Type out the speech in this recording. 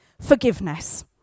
forgiveness